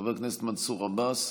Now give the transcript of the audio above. חבר הכנסת מנסור עבאס,